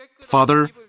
Father